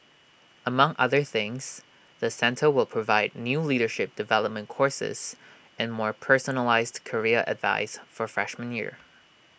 among other things the centre will provide new leadership development courses and more personalised career advice for freshman year